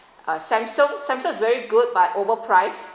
uh samsung samsung is very good but overpriced